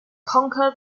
conquer